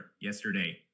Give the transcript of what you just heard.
yesterday